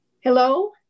Hello